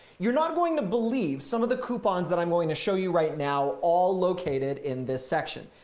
you're not going to believe some of the coupons that i'm going to show you right now all located in this section.